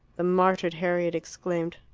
the martyred harriet exclaimed,